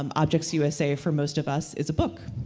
um objects usa for most of us is a book,